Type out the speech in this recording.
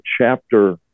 chapter